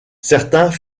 certains